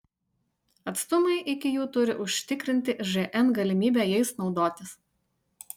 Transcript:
atstumai iki jų turi užtikrinti žn galimybę jais naudotis